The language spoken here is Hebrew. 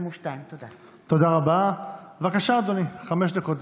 חוק ומשפט לחדש את דיוניה בהצעת חוק סמכויות